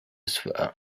swirl